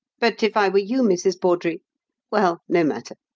but if i were you, mrs. bawdrey well, no matter.